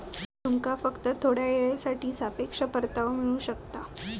तुमका फक्त थोड्या येळेसाठी सापेक्ष परतावो मिळू शकता